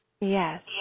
Yes